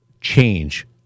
change